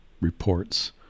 reports